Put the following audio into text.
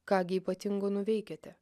ką gi ypatingo nuveikiate